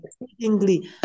exceedingly